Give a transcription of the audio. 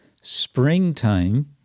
springtime